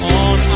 on